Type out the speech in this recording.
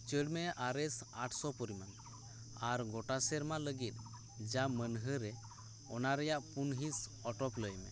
ᱩᱪᱟᱹᱲ ᱢᱮ ᱟᱨᱮᱥ ᱟᱴ ᱥᱚ ᱯᱚᱨᱤᱢᱟᱱ ᱟᱨ ᱜᱚᱴᱟ ᱥᱮᱨᱢᱟ ᱞᱟᱹᱜᱤᱫ ᱡᱟ ᱢᱟᱹᱱᱦᱟᱹᱨᱮ ᱚᱱᱟ ᱨᱮᱭᱟᱜ ᱯᱩᱱ ᱦᱤᱸᱥ ᱚᱴᱳᱯᱞᱮ ᱢᱮ